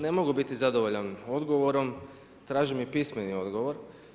Ne mogu biti zadovoljan odgovorom, tražim i pismeni odgovor.